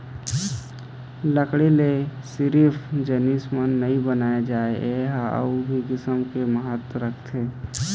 लकड़ी ले सिरिफ जिनिस नइ बनाए जाए ए ह अउ भी किसम ले महत्ता राखथे